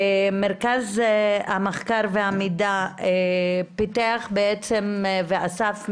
מרכז המחקר והמידע פיתח ואסף מידע,